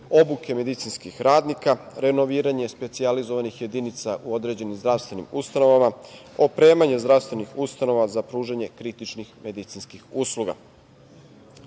obuke medicinskih radnika, renoviranje specijalizovanih jedinica u određenim zdravstvenim ustanovama, opremanje zdravstvenih ustanova za pružanje kritičnih medicinskih usluga. Rekao